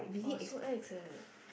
!wah! so ex leh